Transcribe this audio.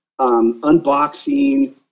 unboxing